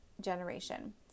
generation